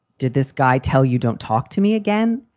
did this guy tell you, don't talk to me again?